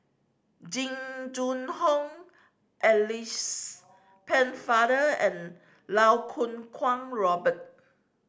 Jing Jun Hong Alice Pennefather and Lau Kong Kwong Robert